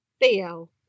Theo